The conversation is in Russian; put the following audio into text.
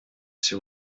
всю